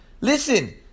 Listen